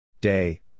Day